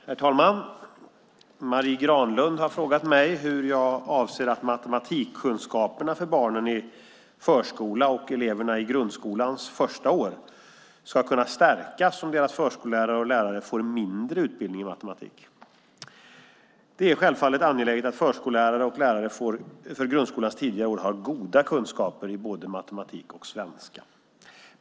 Herr talman! Marie Granlund har frågat mig hur jag avser att matematikkunskaperna för barnen i förskola och eleverna i grundskolans första år ska kunna stärkas om deras förskollärare och lärare får mindre utbildning i matematik. Det är självfallet angeläget att förskollärare och lärare för grundskolans tidigare år har goda kunskaper i både matematik och svenska.